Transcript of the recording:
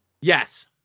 yes